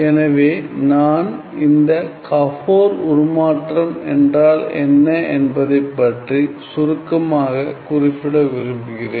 எனவே நான் இந்த கபோர் உருமாற்றம் என்றால் என்ன என்பதை பற்றி சுருக்கமாக குறிப்பிட விரும்புகிறேன்